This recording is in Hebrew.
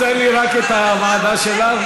חסר לי רק את הוועדה שלה,